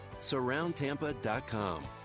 SurroundTampa.com